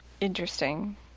Interesting